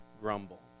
grumble